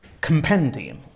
compendium